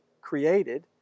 created